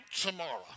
tomorrow